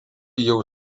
jau